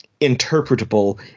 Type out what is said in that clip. interpretable